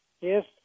Yes